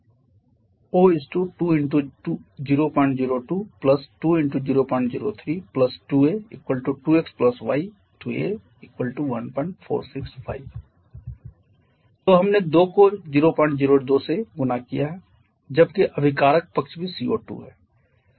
O 2 × 002 2 × 003 2 a 2 x y 🡺 a 1465 तो हमने 2 को 002 से गुणा किया है जबकि अभिकारक पक्ष भी CO2 है